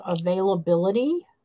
availability